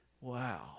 Wow